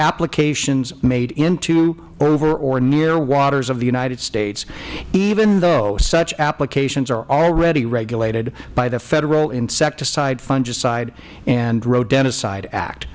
applications made into over or near waters of the united states even though such applications are already regulated by the federal insecticide fungicide and rodenticide act